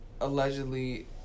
allegedly